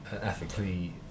ethically